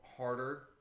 harder